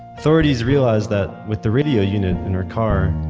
authorities realized that with the radio unit in her car,